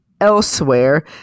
elsewhere